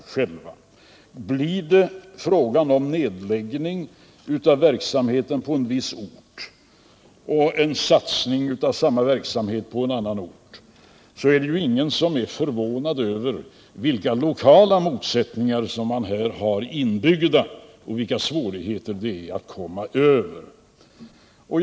Blir det fråga om nedläggning av verksamheten på en viss ort och satsning för samma verksamhet på en annan ort är det ingen som blir förvånad över de lokala motsättningar som här finns inbyggda och vilka svårigheter det blir att komma över dem.